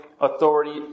authority